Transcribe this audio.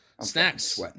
Snacks